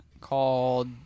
called